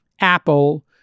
Apple